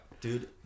Dude